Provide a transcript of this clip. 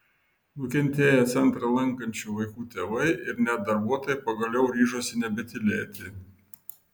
nukentėję centrą lankančių vaikų tėvai ir net darbuotojai pagaliau ryžosi nebetylėti